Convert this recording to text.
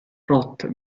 roth